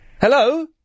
Hello